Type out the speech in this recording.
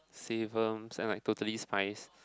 and like Totally-Spies